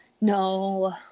No